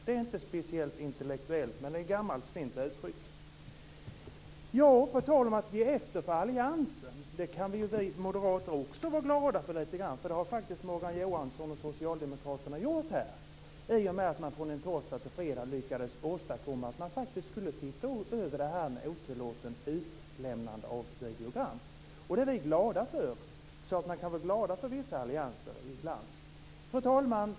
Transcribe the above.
Det är inte speciellt intellektuellt sagt, men det är ett gammalt och fint uttryck. Fru talman! Vi moderater kan vara lite glada över att ge efter för alliansen. Det är vad Morgan Johansson och socialdemokraterna har gjort, i och med att de från en torsdag till fredag lyckades åstadkomma att se över frågan om otillåtet utlämnande av videogram. Det är vi glada för. Det går ibland att vara glad för vissa allianser. Fru talman!